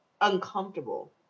uncomfortable